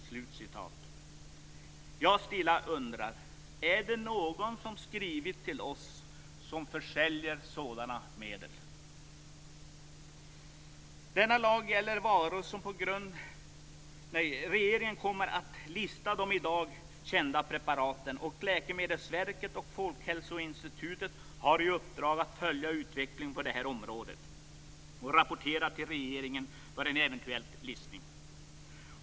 Jag undrar stilla: Är det någon som skrivit till oss som försäljer sådana medel? Regeringen kommer att lista de i dag kända preparaten. Läkemedelsverket och Folkhälsoinstitutet har i uppdrag att följa utvecklingen på området och rapportera till regeringen om eventuell listning.